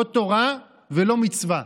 לא תורה ולא מצווה.